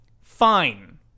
fine